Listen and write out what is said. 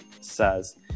says